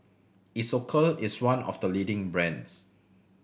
Isocal is one of the leading brands